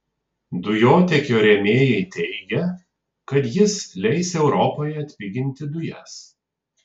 dujotiekio rėmėjai teigia kad jis leis europoje atpiginti dujas